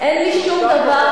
אין לי שום דבר,